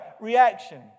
reaction